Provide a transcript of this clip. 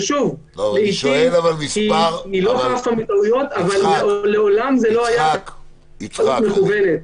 שלעתים היא לא חפה מטעויות אבל מעולם זאת לא הייתה טעות מכוונת.